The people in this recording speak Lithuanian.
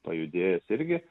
pajudėjęs irgi